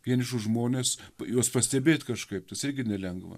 vienišus žmones juos pastebėt kažkaip tas irgi nelengva